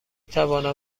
توانم